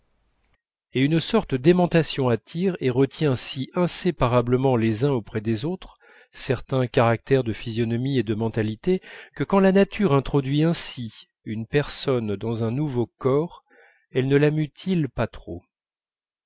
et une sorte d'aimantation attire et retient si inséparablement les uns après les autres certains caractères de physionomie et de mentalité que quand la nature introduit ainsi une personne dans un nouveau corps elle ne la mutile pas trop